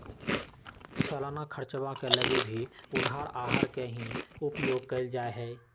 सालाना खर्चवा के लगी भी उधार आहर के ही उपयोग कइल जाहई